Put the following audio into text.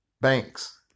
Banks